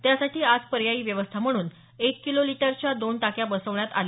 त्यासाठी आज पर्यायी व्यवस्था म्हणून एक किलो लिटरच्या दोन टाक्या बसवण्यात आल्या